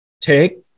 take